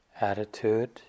attitude